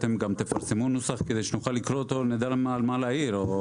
שאתם גם תפרסמו נוסח כדי שנוכל לקרוא אותו ונדע על מה להעיר.